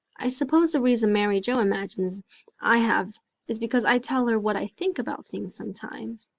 i suppose the reason mary joe imagines i have is because i tell her what i think about things sometimes.